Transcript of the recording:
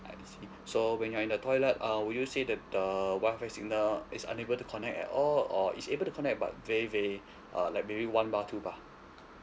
I see so when you're in the toilet uh would you say that the wi-fi signal is unable to connect at all or is able to connect but very very uh like maybe one bar two bar